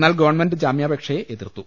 എന്നാൽ ഗവൺമെന്റ് ജാമ്യാപേക്ഷയെ എതിർത്തു